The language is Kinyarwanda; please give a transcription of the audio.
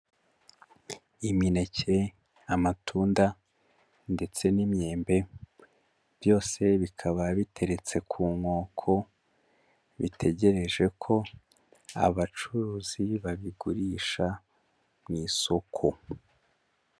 Imineke, amatunda ndetse n'imyembe, byose bikaba biteretse ku nkoko, bitegereje ko abacuruzi babigurisha mu isoko.